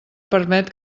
permet